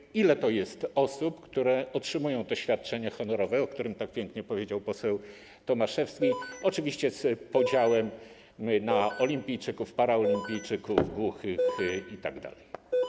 Chodzi o to, ile to jest osób, które otrzymują to świadczenie honorowe, o którym tak pięknie powiedział poseł Tomaszewski, oczywiście z podziałem na olimpijczyków, paraolimpijczyków, głuchych itd.